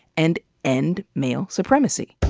and end male supremacy.